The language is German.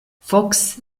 fox